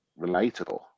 relatable